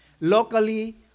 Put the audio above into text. locally